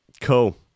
cool